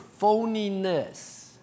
phoniness